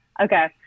Okay